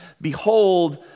Behold